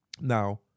Now